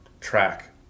track